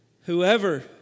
Whoever